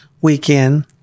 weekend